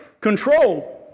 control